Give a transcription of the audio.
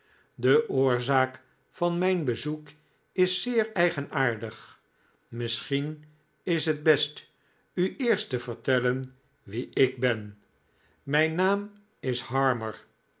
deoorzaak van mijn bezoek is zeer eigenaardig misschien is het best u eerst te vertellen wie ik ben mijn naam is harmer